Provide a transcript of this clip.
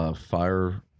fire